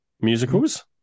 Musicals